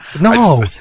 No